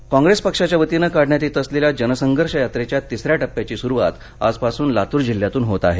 यात्रा कॉंग्रेस पक्षाच्या वतीने काढण्यात येत असलेल्या जनसंघर्ष यात्रेच्या तिसऱ्या प्रेप्याची सुरुवात आजपासुन लातूर जिल्ह्यातून होत आहे